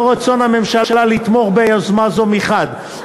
לאור רצון הממשלה לתמוך ביוזמה זו מחד גיסא,